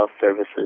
services